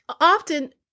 often